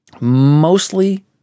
Mostly